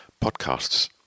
podcasts